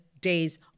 days